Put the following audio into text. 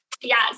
Yes